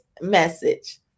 message